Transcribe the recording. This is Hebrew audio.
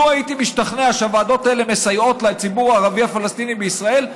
לו הייתי משתכנע שהוועדות האלה מסייעות לציבור הערבי הפלסטיני בישראל,